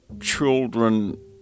Children